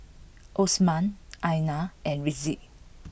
Osman Aina and Rizqi